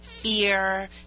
fear